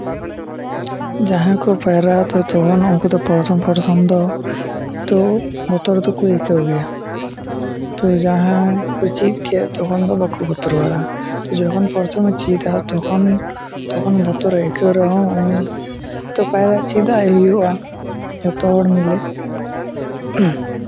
ᱡᱟᱦᱟᱸᱭ ᱠᱚ ᱯᱟᱭᱨᱟᱜᱼᱟ ᱛᱚ ᱛᱚᱠᱷᱚᱱ ᱩᱱᱠᱩ ᱫᱚ ᱯᱨᱚᱛᱷᱚᱢ ᱯᱨᱚᱛᱷᱚᱢ ᱫᱚ ᱛᱚ ᱵᱚᱛᱚᱨ ᱫᱚᱠᱚ ᱟᱹᱭᱠᱟᱹᱣ ᱜᱮᱭᱟ ᱛᱚ ᱡᱟᱦᱟᱸᱭ ᱠᱚ ᱪᱮᱫ ᱠᱮᱫ ᱛᱚᱠᱷᱚᱱ ᱫᱚ ᱵᱟᱠᱚ ᱵᱚᱛᱚᱨ ᱵᱟᱲᱟᱜᱼᱟ ᱛᱚ ᱡᱚᱠᱷᱚᱱ ᱯᱨᱚᱛᱷᱚᱢᱮ ᱪᱮᱫᱟ ᱛᱚᱠᱷᱚᱱ ᱛᱚᱠᱷᱚᱱ ᱵᱚᱛᱚᱨᱮ ᱟᱹᱭᱠᱟᱹᱣ ᱨᱮᱦᱚᱸ ᱩᱱᱤ ᱛᱚ ᱯᱟᱭᱨᱟᱜ ᱪᱮᱫ ᱟᱭ ᱦᱩᱭᱩᱜᱼᱟ ᱡᱚᱛᱚ ᱦᱚᱲ ᱢᱤᱞᱮ